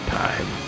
time